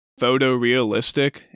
photorealistic